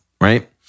right